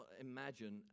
imagine